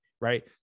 right